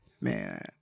Man